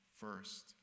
first